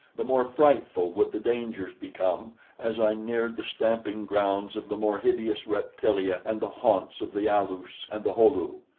the more frightful would the dangers become as i neared the stamping-grounds of the more hideous reptilia and the haunts of the alus and the ho-lu,